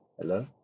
Hello